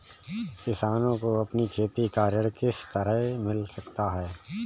किसानों को अपनी खेती पर ऋण किस तरह मिल सकता है?